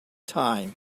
time